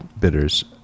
bitters